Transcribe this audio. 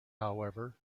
however